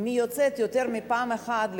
אם היא יוצאת לחוץ-לארץ יותר מפעם אחת,